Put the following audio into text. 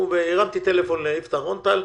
רון-טל,